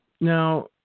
Now